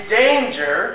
danger